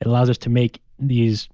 it allows us to make these